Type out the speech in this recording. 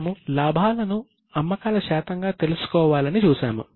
మనము లాభాలను అమ్మకాల శాతంగా తెలుసుకోవాలని చూశాము